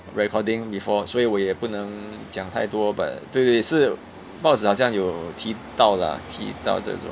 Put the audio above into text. recording before 所以我也不能讲太多 but 对对是报纸好像有提到 lah 提到这种